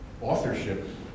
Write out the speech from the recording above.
authorship